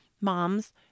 moms